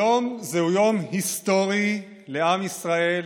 היום זהו יום היסטורי לעם ישראל